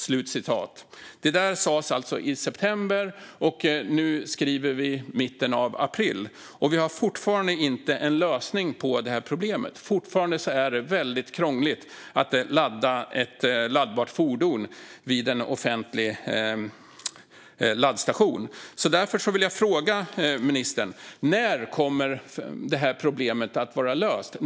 Det där Statsrådet Ardalan Shekarabi alltså i september, och nu skriver vi mitten av april. Och vi har fortfarande inte någon lösning på detta problem. Det är fortfarande väldigt krångligt att ladda ett laddbart fordon vid en offentlig laddstation. Jag vill därför fråga ministern: När kommer detta problem att vara löst?